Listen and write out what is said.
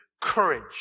courage